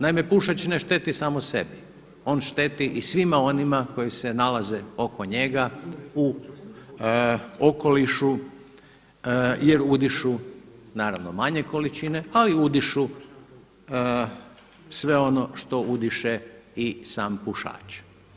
Naime, pušač ne šteti samo sebi, on šteti i svima onima koji se nalaze oko njega u okolišu jer udišu, naravno manje količine, ali udišu sve ono što udiše i sam pušač.